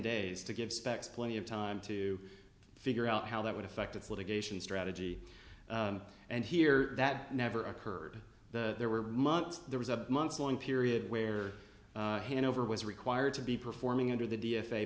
days to give specs plenty of time to figure out how that would affect its litigation strategy and here that never occurred there were months there was a months long period where hanover was required to be performing under the d